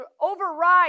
override